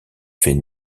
fait